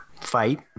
fight